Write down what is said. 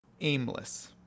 aimless